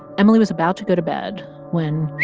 emily was about to go to bed when.